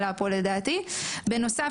בנוסף,